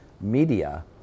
media